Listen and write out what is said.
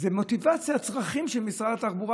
זאת מוטיבציה לצרכים של משרד התחבורה,